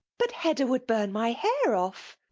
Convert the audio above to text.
but hedda would burn my hair off.